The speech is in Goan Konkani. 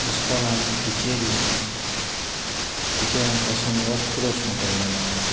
इस्कॉलान टिचेरी टिचरां पासून होच प्रोश्ण पडलोलो आहा